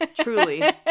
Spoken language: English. truly